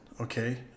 Okay